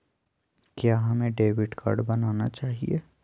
क्या हमें debit card बनाना चाहिए?